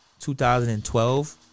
2012